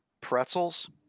pretzels